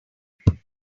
doing